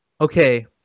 Okay